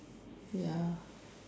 ya